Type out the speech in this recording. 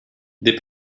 des